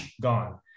gone